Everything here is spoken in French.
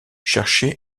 chercher